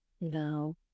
No